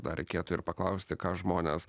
dar reikėtų ir paklausti ką žmonės